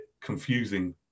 confusing